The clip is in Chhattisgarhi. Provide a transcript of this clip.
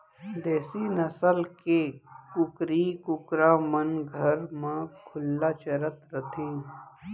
देसी नसल के कुकरी कुकरा मन घर म खुल्ला चरत रथें